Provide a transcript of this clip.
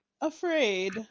afraid